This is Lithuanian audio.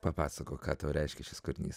papasakok ką tau reiškia šis kūrinys